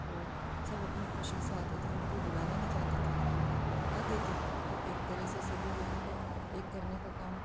और सब अपनी खुशी से आते थे उन्हें कोई बुलाने नहीं जाता था लेकिन वो आते थे तो एक तरह से सभी लोगों को एक करने का काम